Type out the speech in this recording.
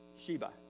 Sheba